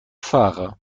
fahrer